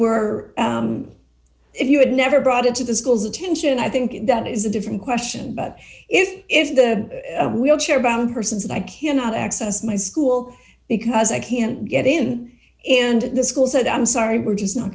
were if you had never brought it to the schools attention i think that is a different question but if if the wheelchair bound persons i cannot access my school because i can't get in and the school said i'm sorry we're just not